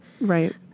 Right